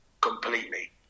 completely